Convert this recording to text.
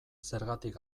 zergatik